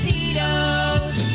Tito's